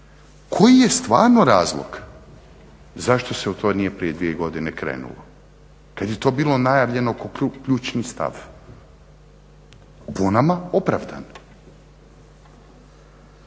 koji je stvarno razlog zašto se u to nije prije dvije godine krenulo kad je to bilo najavljeno kao ključni stav, po nama opravdan.